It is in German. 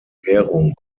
währung